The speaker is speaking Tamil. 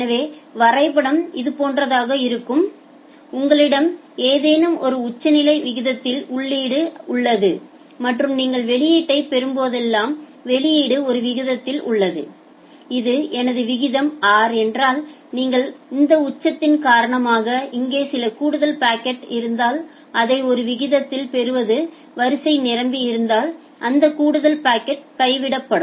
எனவே வரைபடம் இது போன்றதாக இருக்கும் உங்களிடம் ஏதேனும் ஒரு உச்சநிலை விகிதத்தில் உள்ளீடு உள்ளது மற்றும் நீங்கள் வெளியீட்டைப் பெறும்போதெல்லாம் வெளியீடு ஒரு விகிதத்தில் உள்ளது இது எனது விகிதம் r என்றால் நீங்கள் இந்த உச்சத்தின் காரணமாக இங்கே சில கூடுதல் பாக்கெட் இருந்தால் அதை ஒரு விகிதத்தில் பெறுவது வரிசை நிரம்பியிருந்தால் அந்த கூடுதல் பாக்கெட் கைவிடப்படும்